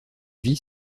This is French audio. vie